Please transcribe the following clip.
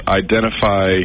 identify